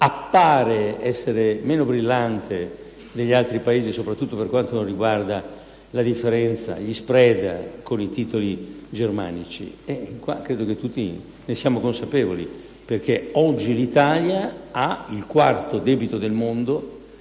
appare essere meno brillante degli altri Paesi, soprattutto per quanto riguarda la differenza, lo *spread* con i titoli germanici? Credo che tutti siamo consapevoli del perché: oggi l'Italia ha il quarto debito pubblico